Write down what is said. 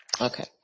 Okay